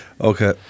Okay